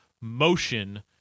motion